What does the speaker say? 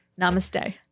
Namaste